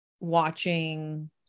watching